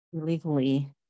illegally